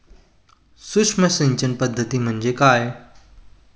सूक्ष्म सिंचन पद्धती म्हणजे काय?